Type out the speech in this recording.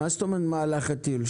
מה זאת אומרת במהלך הטיול?